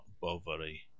Bovary